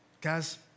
Guys